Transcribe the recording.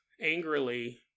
angrily